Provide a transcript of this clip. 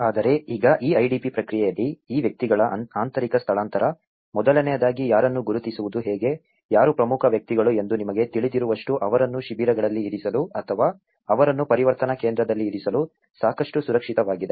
ಆದರೆ ಈಗ ಈ IDP ಪ್ರಕ್ರಿಯೆಯಲ್ಲಿ ಈ ವ್ಯಕ್ತಿಗಳ ಆಂತರಿಕ ಸ್ಥಳಾಂತರ ಮೊದಲನೆಯದಾಗಿ ಯಾರನ್ನು ಗುರುತಿಸುವುದು ಹೇಗೆ ಯಾರು ಪ್ರಮುಖ ವ್ಯಕ್ತಿಗಳು ಎಂದು ನಿಮಗೆ ತಿಳಿದಿರುವಷ್ಟು ಅವರನ್ನು ಶಿಬಿರಗಳಲ್ಲಿ ಇರಿಸಲು ಅಥವಾ ಅವರನ್ನು ಪರಿವರ್ತನಾ ಕೇಂದ್ರದಲ್ಲಿ ಇರಿಸಲು ಸಾಕಷ್ಟು ಸುರಕ್ಷಿತವಾಗಿದೆ